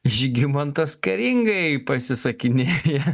žygimantas karingai pasisakinėja